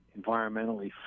environmentally